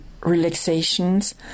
relaxations